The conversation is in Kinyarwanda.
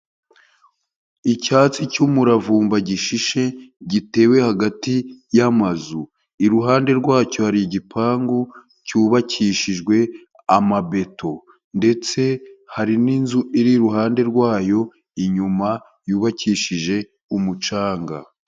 Icyatsi cy'umuravumba gishishe gitewe hagati y'amazu, iruhande rwacyo hari igipangu cyubakishijwe amabeto ndetse hari n'inzu iri iruhande rwayo inyuma yubakishije umucanga.